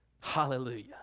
Hallelujah